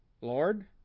Lord